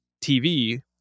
TV